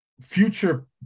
future